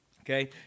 Okay